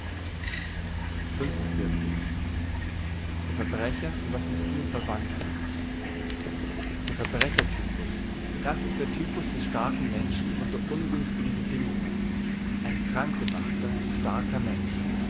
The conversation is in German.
der verbrecher und was ihm verwandt ist der verbrecher typus das ist der typus des starken menschen unter ungünstigen bedingungen ein krank gemachter starker mensch